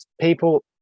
people